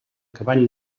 cavall